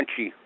crunchy